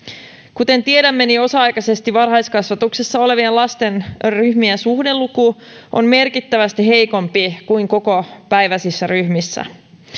kuten tiedämme osa aikaisesti varhaiskasvatuksessa olevien lasten ryhmien suhdeluku on merkittävästi heikompi kuin kokopäiväisissä ryhmissä